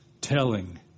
telling